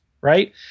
right